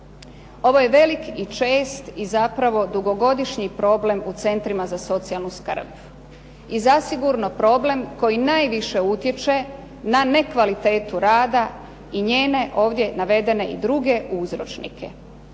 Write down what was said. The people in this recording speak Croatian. Ovo je velik i čest i zapravo dugogodišnji problem u centrima za socijalnu skrb i zasigurno problem koji najviše utječe na nekvalitetu rada i njene ovdje navedene i druge uzročnike.